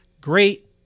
Great